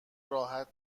راحت